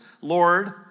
Lord